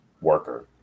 worker